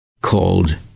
called